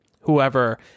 whoever